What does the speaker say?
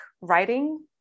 writing